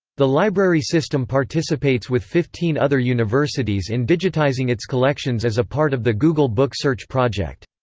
the library system participates with fifteen other universities in digitizing its collections as a part of the google book search project.